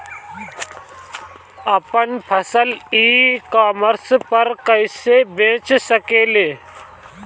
आपन फसल e commerce पर कईसे बेच सकिले?